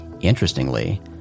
Interestingly